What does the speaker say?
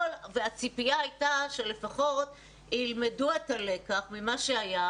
והציפייה הייתה שלפחות ילמדו את הלקח ממה שהיה,